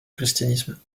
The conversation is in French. christianisme